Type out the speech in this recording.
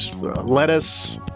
lettuce